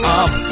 up